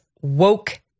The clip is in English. woke